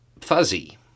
fuzzy